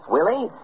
Willie